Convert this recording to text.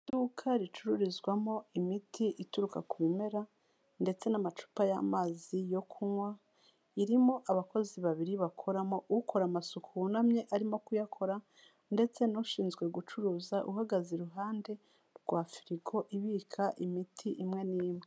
Iduka ricururizwamo imiti ituruka ku bimera ndetse n'amacupa y'amazi yo kunywa irimo abakozi babiri bakoramo, ukora amasuku wunamye arimo kuyakora ndetse n'ushinzwe gucuruza uhagaze i ruhande rwa firigo ibika imiti imwe n'imwe.